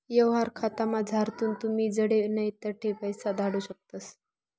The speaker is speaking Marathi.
यवहार खातामझारथून तुमी जडे नै तठे पैसा धाडू शकतस